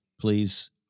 Please